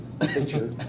picture